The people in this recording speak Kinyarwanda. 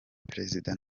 perezida